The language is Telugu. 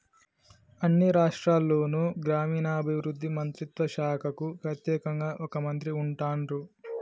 అన్ని రాష్ట్రాల్లోనూ గ్రామీణాభివృద్ధి మంత్రిత్వ శాఖకు ప్రెత్యేకంగా ఒక మంత్రి ఉంటాన్రు